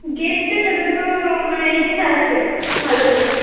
গেটটা সাজানো মানে ইচ্ছা আছে ভালো করে